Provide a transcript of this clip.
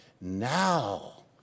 now